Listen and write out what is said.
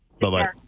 Bye-bye